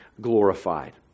glorified